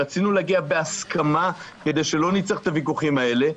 רצינו להגיע בהסכמה כדי שלא נצטרך את הוויכוחים האלה,